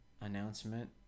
announcement